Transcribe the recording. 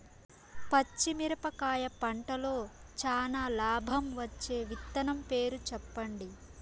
పచ్చిమిరపకాయ పంటలో చానా లాభం వచ్చే విత్తనం పేరు చెప్పండి?